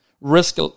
risk